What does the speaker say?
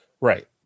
Right